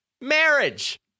Marriage